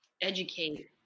educate